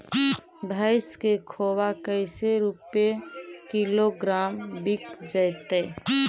भैस के खोबा कैसे रूपये किलोग्राम बिक जइतै?